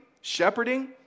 shepherding